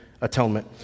atonement